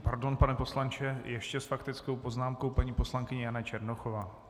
Pardon, pane poslanče , ještě s faktickou poznámkou paní poslankyně Jana Černochová.